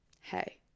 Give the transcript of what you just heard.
hey